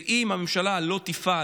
ואם הממשלה לא תפעל